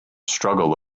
struggle